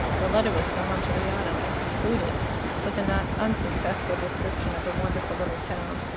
the letter was from monteriano, and concluded with a not unsuccessful description of the wonderful little town.